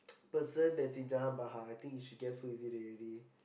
person that's in Jalan-Bahar I think you should guess who is it already